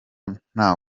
nta